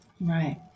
Right